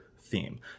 theme